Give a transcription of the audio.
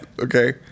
Okay